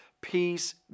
peace